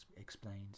explains